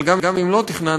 אבל גם אם לא תכננת,